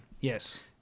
Yes